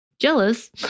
Jealous